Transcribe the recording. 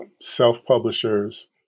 self-publishers